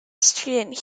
student